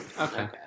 Okay